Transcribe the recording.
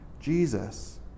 Jesus